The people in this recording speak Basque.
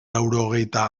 laurogeita